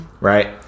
right